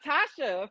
Tasha